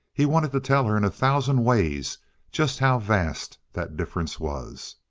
he wanted to tell her in a thousand ways just how vast that difference was.